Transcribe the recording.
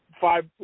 five